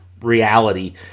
reality